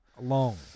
long